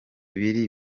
birori